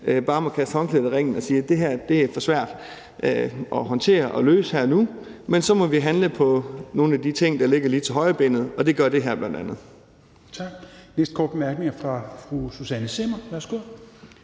bare må kaste håndklædet i ringen og sige, at det her er for svært at håndtere og løse her og nu, men så må vi handle på nogle af de ting, der ligger lige til højrebenet, og det gør det her bl.a.